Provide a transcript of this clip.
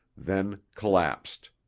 then collapsed.